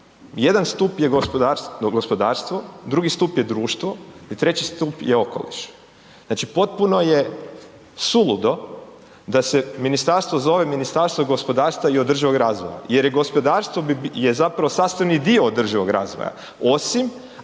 jedan stup je gospodarstvo, drugi stup je društvo i treći stup je okoliš. Znači potpuno je suludo da se ministarstvo zove Ministarstvo gospodarstva i održivoga razvoja jer je gospodarstvo je zapravo sastavni dio održivog razvoja, osim